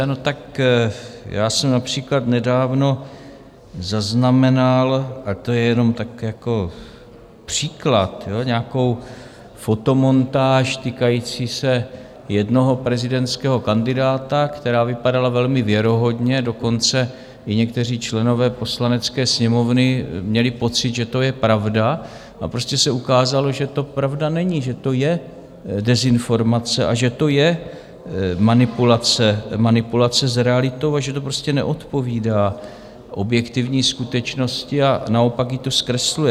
No, tak já jsem například nedávno zaznamenal a to je jenom tak jako příklad nějakou fotomontáž týkající jednoho prezidentského kandidáta, která vypadala velmi věrohodně, dokonce i někteří členové Poslanecké sněmovny měli pocit, že to je pravda, a prostě se ukázalo, že to pravda není, že to je dezinformace, že to je manipulace s realitou, že to prostě neodpovídá objektivní skutečnosti a naopak ji to zkresluje.